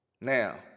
now